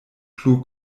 plu